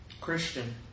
Christian